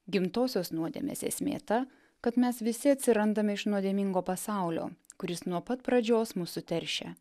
gimtosios nuodėmės esmė ta kad mes visi atsirandame iš nuodėmingo pasaulio kuris nuo pat pradžios mus suteršia